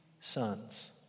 sons